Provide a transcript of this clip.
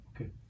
Okay